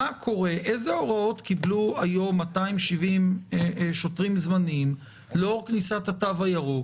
איזה הוראות קיבלו היום 270 שוטרים זמניים לאור כניסת התו הירוק?